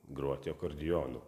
groti akordionu